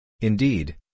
Indeed